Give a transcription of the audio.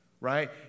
right